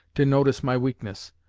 to notice my weakness.